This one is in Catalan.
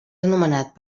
anomenat